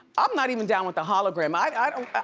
i'm not even down with the hologram. i i don't,